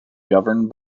governed